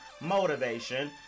motivation